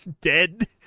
Dead